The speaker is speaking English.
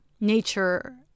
nature